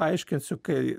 paaiškinsiu kai